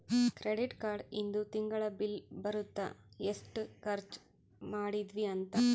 credit card ಇಂದು ತಿಂಗಳ bill ಬರುತ್ತ ಎಸ್ಟ ಖರ್ಚ ಮದಿದ್ವಿ ಅಂತ